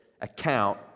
account